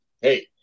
hey